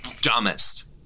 dumbest